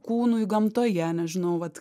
kūnui gamtoje nežinau vat